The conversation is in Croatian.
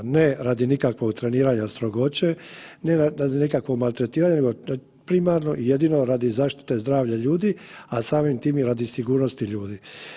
Ne radi nikakvog treniranja strogoće ni radi nikakvog maltretiranja, nego primarno i jedino radi zaštite zdravlja ljudi, a samim time i radi sigurnosti ljudi.